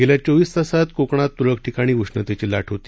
गेल्या चोवीस तासात कोकणात तुरळक ठिकाणी उष्णतेची लाट होती